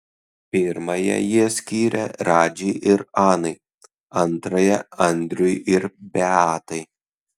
pirmąją jie skyrė radži ir anai antrąją andriui ir beatai